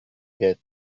get